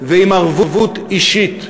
ועם ערבות אישית.